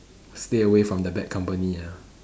stay away from the bad company ah